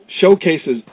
showcases